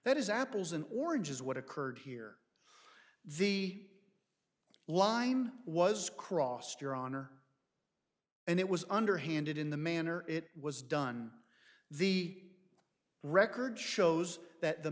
that is apples and oranges what occurred here the line was crossed your honor and it was underhanded in the manner it was done the record shows that the